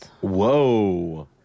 Whoa